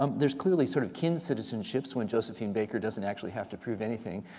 um there's clearly sort of kin citizenships, when josephine baker doesn't actually have to prove anything.